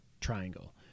triangle